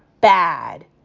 bad